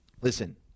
Listen